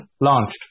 launched